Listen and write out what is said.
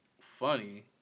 funny